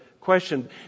question